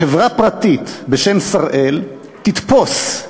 חברה פרטית בשם "שראל" תתפוס,